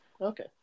Okay